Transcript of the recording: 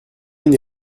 une